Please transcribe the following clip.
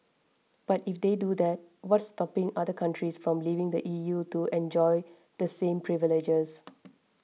but if they do that what's stopping other countries from leaving the E U to enjoy the same privileges